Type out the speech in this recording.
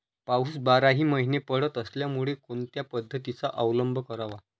पाऊस बाराही महिने पडत असल्यामुळे कोणत्या पद्धतीचा अवलंब करावा?